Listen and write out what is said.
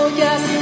yes